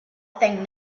thing